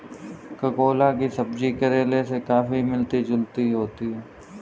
ककोला की सब्जी करेले से काफी मिलती जुलती होती है